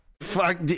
Fuck